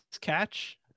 catch